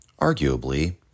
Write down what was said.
arguably